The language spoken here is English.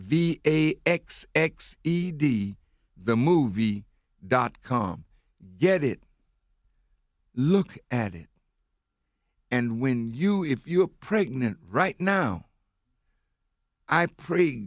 v a x x e d the movie dot com get it look at it and when you if you're pregnant right now i pra